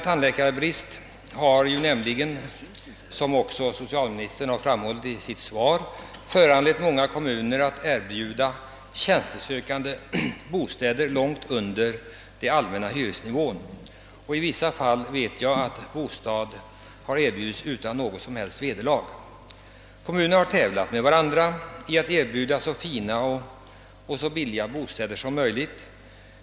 Tandläkarbristen har nämligen, som socialministern också framhållit i sitt svar, föranlett många kommuner att erbjuda tjänstesökande bostäder för vilka hyran legat långt under den allmänna hyresnivån. Och i vissa fall har bostad erbjudits utan något som helst vederlag. Kommunerna har tävlat med varandra om att erbjuda så fina och billiga bostäder som möjligt.